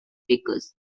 speakers